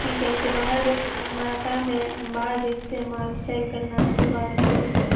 کیونکہ ہم کے باہر بھیجنا ہے ہمارا کام ہے باہر بھیجتے ہیں مال سیل کرنا ہے ہم کو باہر کے لیے